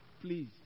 Please